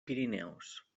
pirineus